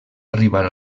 arribar